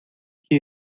que